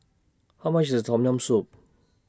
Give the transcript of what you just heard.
How much IS Tom Yam Soup